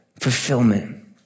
Fulfillment